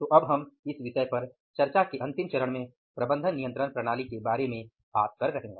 तो अब हम इस विषय पर चर्चा के अंतिम चरण में प्रबंधन नियंत्रण प्रणाली के बारे में बात कर रहे हैं